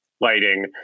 lighting